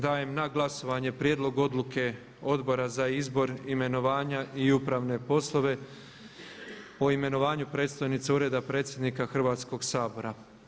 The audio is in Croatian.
Dajem na glasovanje prijedlog odluke Odbora za izbor, imenovanje i upravne poslove o imenovanju predstojnice Ureda predsjednika Hrvatskog sabora.